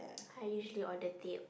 I usually order teh